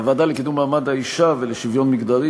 הוועדה לקידום מעמד האישה ולשוויון מגדרי